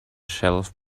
shelf